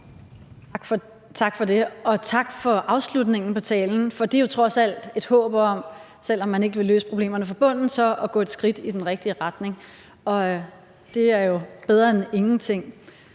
Tak for det, og tak for afslutningen på talen. For det er jo trods alt et håb om, selv om man ikke vil løse problemerne fra bunden, så at gå et skridt i den rigtige retning, og det er jo bedre end ingenting.